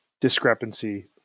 discrepancy